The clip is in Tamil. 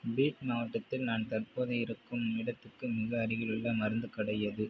பீட் மாவட்டத்தில் நான் தற்போது இருக்கும் இடத்துக்கு மிக அருகிலுள்ள மருந்துக் கடை எது